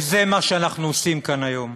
וזה מה שאנחנו עושים כאן היום.